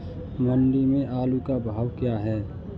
मंडी में आलू का भाव क्या है?